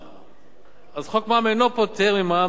חוק מע"מ אינו פוטר ממע"מ טובין או שירותים,